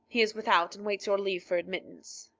he is without and waits your leave for admittance.